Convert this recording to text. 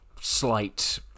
slight